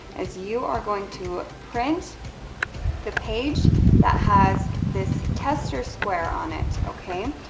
is you are going to print the page that has this tester square on it, okay?